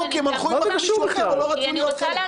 אז אני אצא?